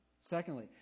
Secondly